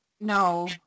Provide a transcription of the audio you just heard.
no